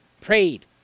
Prayed